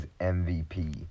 MVP